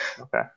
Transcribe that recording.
Okay